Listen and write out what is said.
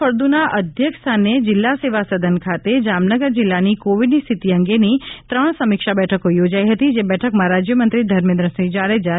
ફળદુના અધ્યક્ષ સ્થાને જિલ્લા સેવા સદન ખાતે જામનગર જિલ્લાની કોવિડની સ્થિતિ અંગેની ત્રણ સમીક્ષા બેઠકો યોજાઇ હતી જે બેઠકમાં રાજ્યમંત્રી ધર્મેન્દ્રસિંહ જાડેજા જોડાયા હતા